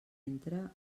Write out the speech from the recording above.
entra